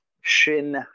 shin